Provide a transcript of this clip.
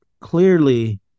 clearly